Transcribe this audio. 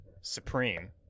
Supreme